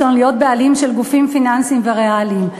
להיות בעלים של גופים פיננסיים וריאליים,